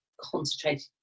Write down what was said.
concentrated